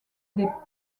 des